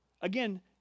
again